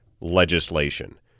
legislation